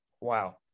wow